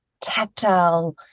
tactile